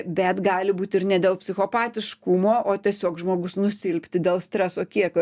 bet gali būt ir ne dėl psichopatiškumo o tiesiog žmogus nusilpti dėl streso kiekio